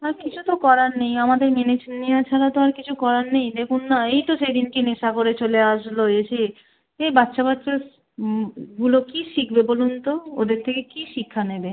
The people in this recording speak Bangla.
না কিছু তো করার নেই আমাদের মেনেছে নেওয়া ছাড়া তো আর কিছু করার নেই দেখুন না এই তো সেদিনকে নেশা করে চলে আসলো এসে এই বাচ্চা বাচ্চাগুলো কী শিখবে বলুন তো ওদের থেকে কী শিক্ষা নেবে